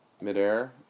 midair